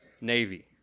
Navy